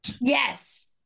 Yes